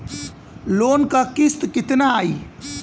Loan क किस्त कितना आई?